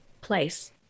place